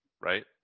right